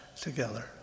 together